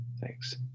thanks